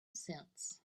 since